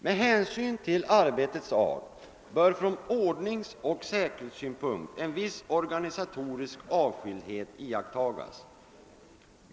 Med hänsyn till arbetets art bör från ordningsoch säkerhetssynpunkt en viss organisatorisk avskildhet iakttagas.